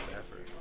effort